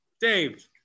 dave